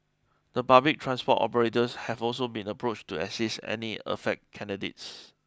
the public transport operators have also been approached to assist any affect candidates